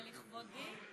זה לכבודי?